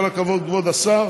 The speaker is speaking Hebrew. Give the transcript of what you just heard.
כל הכבוד, כבוד השר.